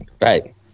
Right